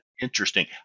interesting